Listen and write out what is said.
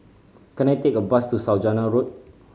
can I take a bus to Saujana Road